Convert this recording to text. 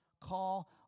Call